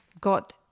got